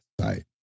right